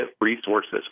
resources